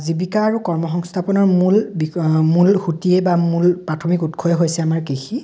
জীৱিকা আৰু কৰ্মসংস্থাপনৰ মূল বিষ মূল সূঁতিয়েই বা মূল প্ৰাথমিক উৎসই হৈছে আমাৰ কৃষি